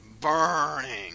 burning